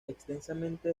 extensamente